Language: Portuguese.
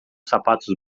sapatos